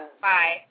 Bye